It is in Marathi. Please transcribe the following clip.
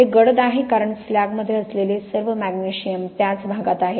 ते गडद आहे कारण स्लॅगमध्ये असलेले सर्व मॅग्नेशियम त्याच भागात आहे